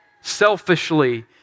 selfishly